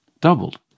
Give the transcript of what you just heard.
Doubled